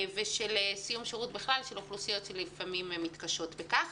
ולסיום שירות בכלל של אוכלוסיות שלפעמים מתקשות בכך.